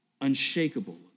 unshakable